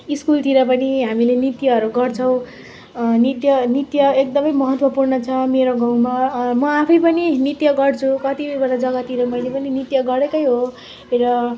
स्कुलतिर पनि हामीले नृत्यहरू गर्छौँ नृत्य नृत्य एकदमै महत्त्वपूर्ण छ मेरो गाउँमा म आफै पनि नृत्य गर्छु कतिवटा जग्गातिर मैले पनि नृत्य गरेकै हो र